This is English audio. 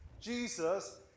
Jesus